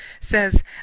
says